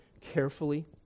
carefully